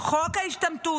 חוק ההשתמטות,